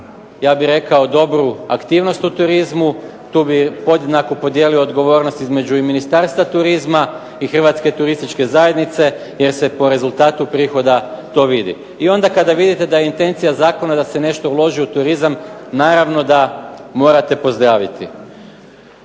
ja bih rekao dobru aktivnost u turizmu. Tu bih podjednako podijelio odgovornost između Ministarstva turizma i Hrvatske turističke zajednice jer se po rezultatu prihoda to vidi. I onda kada vidite da je intencija zakona da se nešto uloži u turizam, naravno da morate pozdraviti.